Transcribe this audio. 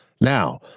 Now